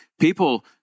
people